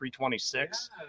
326